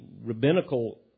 rabbinical